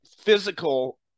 physical